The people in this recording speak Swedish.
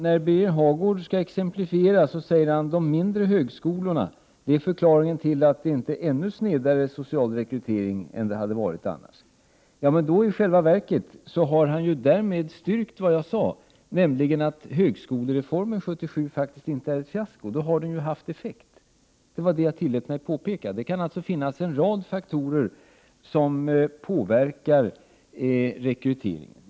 När Birger Hagård skall exemplifiera, säger han att de mindre högskolorna är förklaringen till att det inte är en ännu snedare social rekrytering än det hade varit annars. I själva verket har han därmed styrkt det jag sade, nämligen att högskolereformen 1977 faktiskt inte är ett fiasko. Då har den haft effekt. Det var det jag tillät mig påpeka. Det kan alltså finnas en rad faktorer som påverkar rekryteringen.